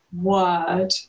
word